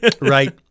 Right